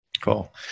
Cool